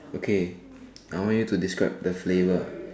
okay I want you to describe the flavour